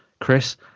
Chris